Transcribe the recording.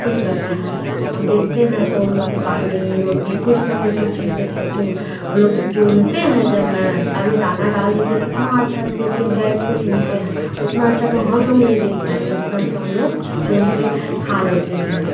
ख़ुश रहते हैं हम देखते हैं तो उन लोग को पानी रोटी कुछ ना कुछ हम फेंक देते हैं चूँ वो लोग जो चुनते हैं जब ना अभी दाना डाल दीजिए कितना अच्छा देखिए बैठ के चुनते हैं उतना अच्छा तो हम लोग नहीं बीन पाएंगे जितना अच्छा वो लोग चुन के खा लेते हैं